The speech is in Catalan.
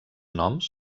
noms